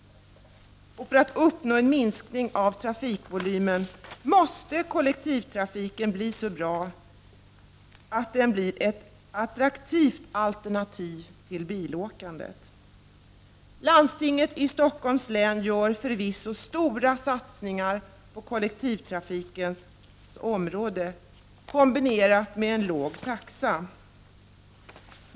För att uppnå en minskning av trafikvolymen måste kollektivtrafiken bli så bra att den blir ett attraktivt alternativ till bilåkandet. Landstinget i Stockholms län gör förvisso stora satsningar på kollektivtrafikens område, kombinerat med en låg taxa.